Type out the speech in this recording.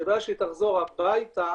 שברגע שהיא תחזור הביתה